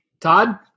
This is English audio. Todd